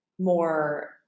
more